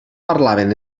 parlaven